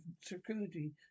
security